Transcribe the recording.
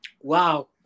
Wow